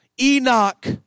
Enoch